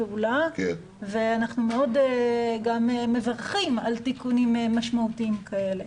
פעולה ואנחנו מאוד מברכים על תיקונים משמעותיים כאלה.